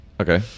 okay